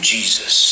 Jesus